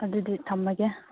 ꯑꯗꯨꯗꯤ ꯊꯝꯃꯒꯦ